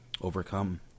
overcome